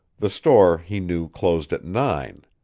the store, he knew, closed at nine.